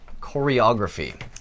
choreography